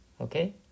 Okay